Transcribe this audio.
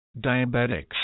diabetics